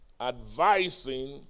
advising